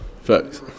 Facts